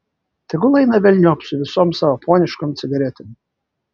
tegul eina velniop su visom savo poniškom cigaretėm